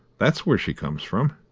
that's where she comes from.